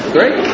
Great